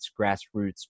grassroots